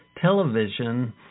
television